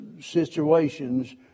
situations